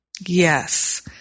Yes